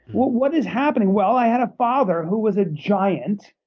what what is happening? well, i had a father who was a giant,